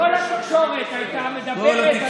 כל התקשורת הייתה מדברת על זה.